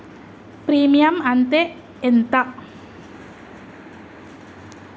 Premium అత్తే ఎంత?